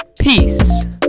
peace